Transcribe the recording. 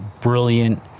brilliant